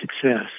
success